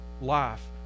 life